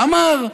אמר: